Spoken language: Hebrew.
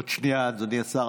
עוד שנייה, אדוני השר.